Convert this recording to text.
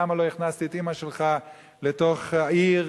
למה לא הכנסתי את אמא שלך לתוך העיר,